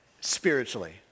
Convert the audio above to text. spiritually